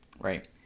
right